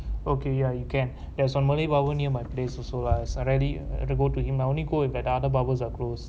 okay ya you can there's a malay barber near my place also lah I rarely go to him I only go if the other barbers are closed